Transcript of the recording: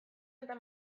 eta